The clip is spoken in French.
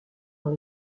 dans